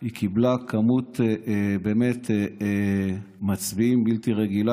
היא באמת קיבלה מספר מצביעים בלתי רגיל,